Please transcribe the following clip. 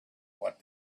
what